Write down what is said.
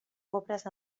pobres